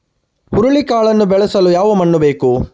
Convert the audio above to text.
ಹುರುಳಿಕಾಳನ್ನು ಬೆಳೆಸಲು ಯಾವ ಮಣ್ಣು ಬೇಕು?